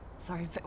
Sorry